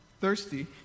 thirsty